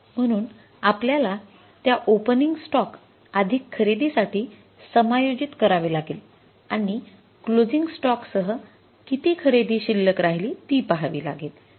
म्हणून आपल्याला त्या ओपनिंग स्टॉक अधिक खरेदीसाठी समायोजित करावे लागेल आणि क्लोसिंग स्टॉकसह किती खरेदी शिल्लक राहिली ती पाहावी लागेल